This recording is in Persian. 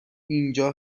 اینجا